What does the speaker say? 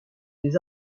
des